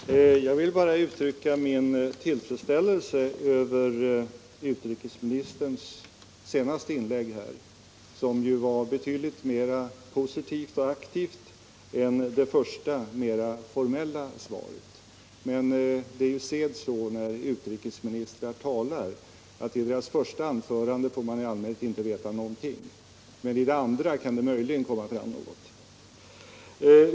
Herr talman! Jag vill bara uttrycka min tillfredsställelse över utrikesministerns senaste inlägg, som ju var betydligt mer positivt och aktivt än det första, mera formella svaret. Men det är sed, när utrikesministrar talar, att i det första anförandet får man inte veta någonting, men i det andra kan det möjligen komma fram något.